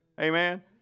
Amen